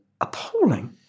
appalling